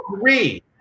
three